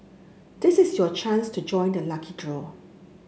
this is your chance to join the lucky draw